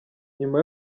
nyuma